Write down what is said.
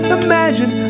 imagine